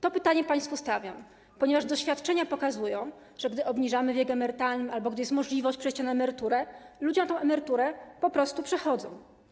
To pytanie państwu stawiam, ponieważ doświadczenia pokazują, że gdy obniżamy wiek emerytalny albo gdy jest możliwość przejścia na emeryturę, ludzie na emeryturę po prostu przechodzą.